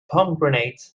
pomegranate